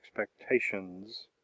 expectations